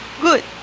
good